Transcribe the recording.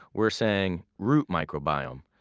we're saying root microbiome.